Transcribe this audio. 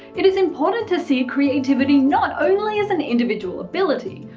it is important to see creativity not only as an individual ability,